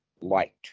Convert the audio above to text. light